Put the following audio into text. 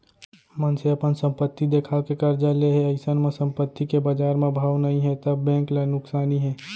मनसे अपन संपत्ति देखा के करजा ले हे अइसन म संपत्ति के बजार म भाव नइ हे त बेंक ल नुकसानी हे